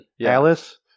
Alice